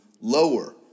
lower